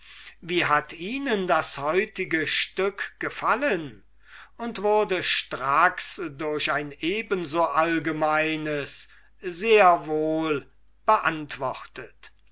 wie hat ihnen das heutige stück gefallen und wurde stracks durch ein eben so allgemeines sehr wohl beantwortet